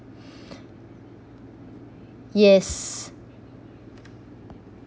yes